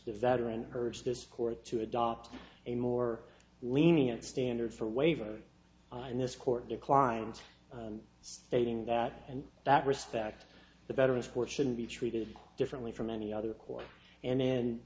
the veteran urged this court to adopt a more lenient standard for waiver in this court declined stating that and that respect the veterans for shouldn't be treated differently from any other court and then